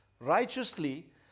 righteously